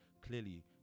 clearly